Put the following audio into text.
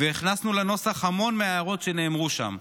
והכנסנו לנוסח המון מההערות שנאמרו שם.